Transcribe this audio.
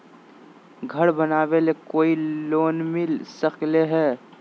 घर बनावे ले कोई लोनमिल सकले है?